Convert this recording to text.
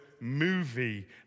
movie